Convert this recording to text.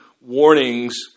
warnings